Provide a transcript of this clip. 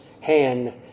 hand